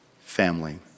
Family